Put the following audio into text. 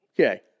Okay